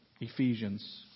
Ephesians